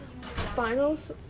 finals